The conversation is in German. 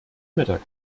mittag